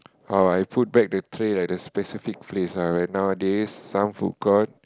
or I put back the tray lah at the specific place lah right nowadays some food courts